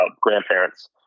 grandparents